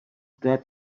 that